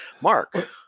Mark